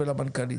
בבקשה.